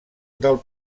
del